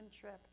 trip